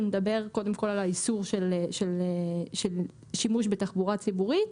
שמדבר קודם כל על האיסור של שימוש בתחבורה ציבורית.